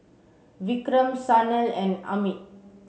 Vikram Sanal and Amit